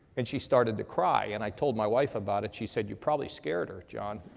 and she started to cry. and i told my wife about it, she said you probably scared her, john.